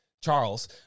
Charles